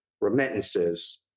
remittances